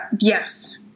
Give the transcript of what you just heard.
yes